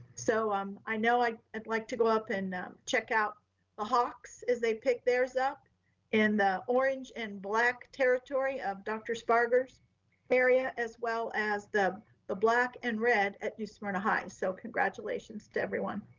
so um i know i'd i'd like to go up and check out the hawks as they pick theirs up in the orange and black territory of dr. sparkers area, as well as the the black and red at new smyrna high. so congratulations to everyone.